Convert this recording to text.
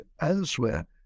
elsewhere